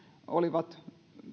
olivat